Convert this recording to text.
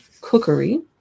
Cookery